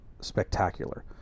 spectacular